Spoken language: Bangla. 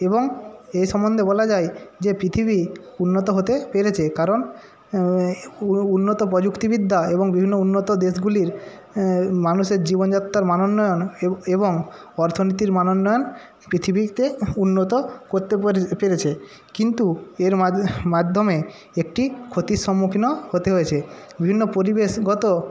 এবং এই সম্বন্ধে বলা যায় যে পৃথিবী উন্নত হতে পেরেছে কারণ উন্নত প্রযুক্তিবিদ্যা এবং বিভিন্ন উন্নত দেশগুলির মানুষের জীবনযাত্রার মান উন্নয়ন এবং অর্থনীতির মান উন্নয়ন পৃথিবীতে উন্নত করতে পেরেছে কিন্তু এর মাধ্যমে একটি ক্ষতির সম্মুখীনও হতে হয়েছে বিভিন্ন পরিবেশগত